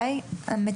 בעצם,